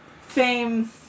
fame